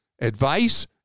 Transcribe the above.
advice